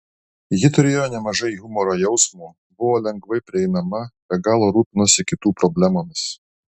ji turėjo nemažai humoro jausmo buvo lengvai prieinama be galo rūpinosi kitų problemomis